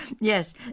Yes